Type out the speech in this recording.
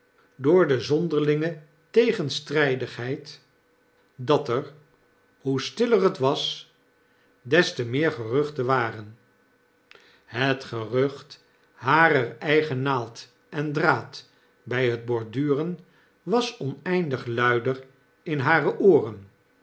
door de zonderlinge tegenstrjjdigheid dat er hoe stiller het was des te meer geruchten waren het gerucht harer eigen naald en draad by het borduren was oneindig luider in hare ooren